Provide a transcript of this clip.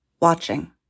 watching